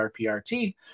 rprt